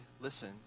listen